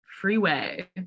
freeway